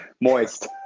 moist